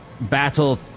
battle